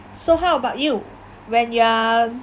so how about you when you are